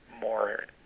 more